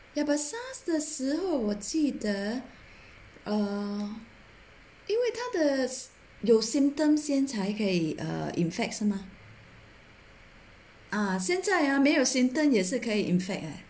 ya but SARS 的时候我记得 uh 因为他的有 symptoms 先才可以 uh infect 是吗 ah 现在 ah 没有 symptoms 也是可以 infect eh